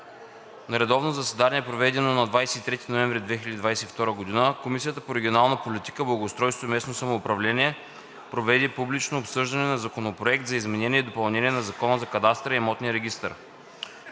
На редовно заседание, проведено на 23 ноември 2022 г., Комисията по регионална политика, благоустройство и местно самоуправление проведе публично обсъждане на Законопроект за изменение и допълнение на Закона за кадастъра и имотния регистър,